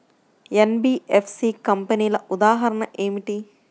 NBFC కంపెనీల ఉదాహరణ ఏమిటి?